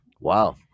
wow